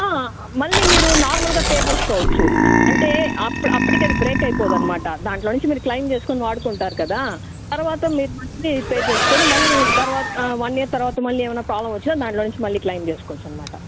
మళ్ళీ మీరు నార్మల్గా పే చేసుకోవచ్చు అంటే అప్పటి అప్పటికి అది బ్రేక్ అయిపోదు అనమాట దాంట్లో నుంచి మీరు క్లెయిమ్ చేసుకోని వాడుకుంటారు కదా తర్వాత మీరు మళ్ళీ పే చేసుకుని మళ్ళీ తర్వాత వన్ ఇయర్ తర్వాత మళ్ళీ ఏమైనా ప్రాబ్లమ్ వచ్చినా దాంట్లో నుంచి మళ్ళీ క్లెయిమ్ చేసుకోవచ్చు అనమాట